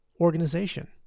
organization